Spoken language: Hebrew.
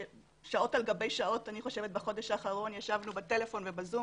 ששעות על גבי שעות ישבנו בטלפון וב-זום